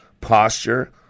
Posture